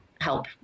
help